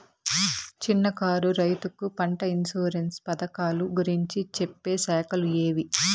చిన్న కారు రైతుకు పంట ఇన్సూరెన్సు పథకాలు గురించి చెప్పే శాఖలు ఏవి?